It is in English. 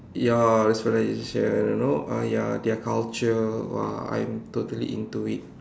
ya the civilisation you know ah ya their culture !wah! I'm totally into it